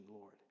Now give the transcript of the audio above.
Lord